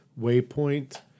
Waypoint